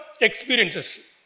experiences